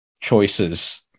choices